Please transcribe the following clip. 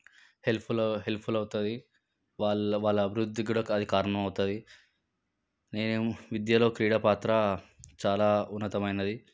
helpful helpful అవుతుంది వాళ్ళ వాళ్ళ అభివృద్ధి కూడా అది కారణం అవుతుంది నేనేమో విద్యలో క్రీడ పాత్ర చాలా ఉన్నతమైనది